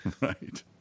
Right